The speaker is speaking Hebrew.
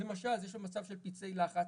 למשל מצב של פצעי לחץ.